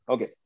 Okay